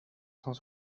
cent